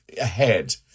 ahead